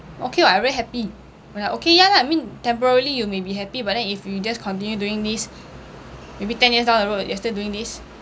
okay [what] I very happy ya okay ya lah I mean temporarily you may be happy but then if you just continue doing this maybe ten years down the road you are still doing this